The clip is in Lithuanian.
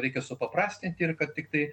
reikia supaprastinti ir kad tiktai